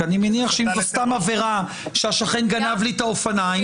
אני מניח שאם זו סתם עבירה שהשכן גנב לי את האופניים,